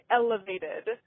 elevated